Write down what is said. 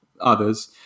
others